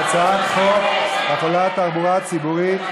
שהיא גם נוגדת את החוק והיא גם לוקה בהתעלמות מהמציאות ואפילו בצביעות,